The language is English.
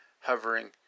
hovering